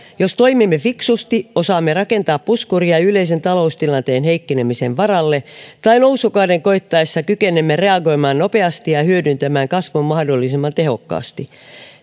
jos toimimme fiksusti osaamme rakentaa puskuria yleisen taloustilanteen heikkenemisen varalle tai nousukauden koettaessa kykenemme reagoimaan nopeasti ja ja hyödyntämään kasvun mahdollisimman tehokkaasti